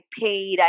paid